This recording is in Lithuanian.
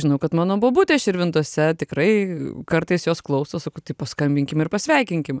žinau kad mano bobutė širvintose tikrai kartais jos klauso sakau tai paskambinkim ir pasveikinkim